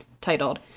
titled